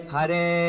Hare